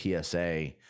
PSA